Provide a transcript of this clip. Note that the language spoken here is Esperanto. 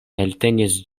eltenis